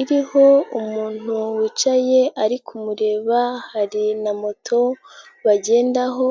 iriho umuntu wicaye ari kumureba hari na moto bagendaho.